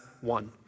one